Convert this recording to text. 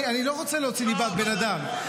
אני לא רוצה להוציא דיבת בן אדם,